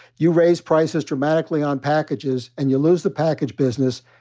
you raise prices dramatically on packages, and you lose the package business,